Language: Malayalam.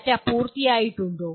ഡാറ്റ പൂർത്തിയായിട്ടുണ്ടോ